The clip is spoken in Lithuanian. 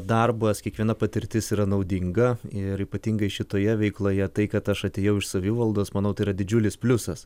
darbas kiekviena patirtis yra naudinga ir ypatingai šitoje veikloje tai kad aš atėjau iš savivaldos manau tai yra didžiulis pliusas